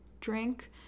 drink